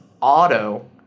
auto